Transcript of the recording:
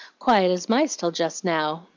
quiet as mice till just now.